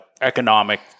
economic